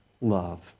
love